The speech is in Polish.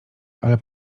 ale